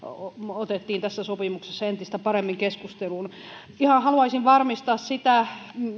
otettiin tässä sopimuksessa entistä paremmin keskusteluun ihan haluaisin varmistaa sitä